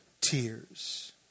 tears